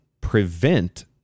prevent